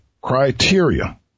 criteria